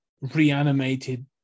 reanimated